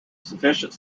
sufficient